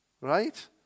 right